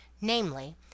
namely